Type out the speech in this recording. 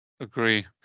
Agree